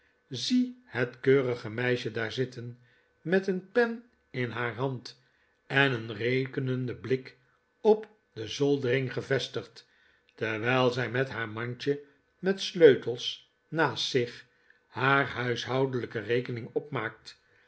zie het keurige meisje daar zitten met een pen in haar hand en een rekenenden blik op de zoldering gevestigd terwijl zij met haar mandje met sleutels naast zich haar huishoudelijke rekening opmaakt